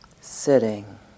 sitting